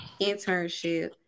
internship